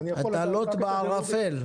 אתה לוט בערפל.